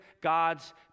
God's